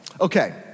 Okay